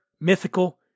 mythical